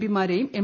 പിമാരേയും M